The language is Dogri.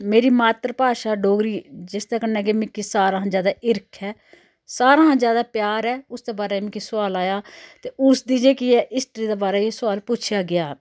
मेरी मात्तर भाशा डोगरी जिसदे कन्नै कि मिकी सारां हा ज्यादा हिरख ऐ सारां हा ज्यादा प्यार ऐ उसदे बारे च मिकी सोआल आया ते उसदी जेह्की ऐ हिस्टरी दे बारे च पुच्छेआ गेआ